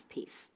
Peace 。